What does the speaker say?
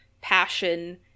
passion